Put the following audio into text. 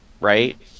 right